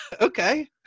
Okay